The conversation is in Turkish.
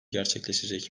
gerçekleşecek